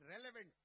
relevant